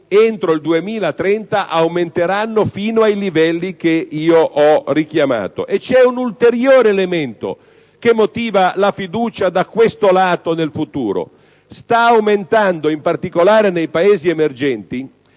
entro il 2030 aumenteranno, fino ai livelli che ho richiamato. Vi è un ulteriore elemento che motiva la fiducia, da questo lato, nel futuro: sta aumentando, in particolare nei Paesi emergenti,